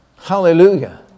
Hallelujah